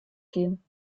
gehen